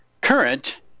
current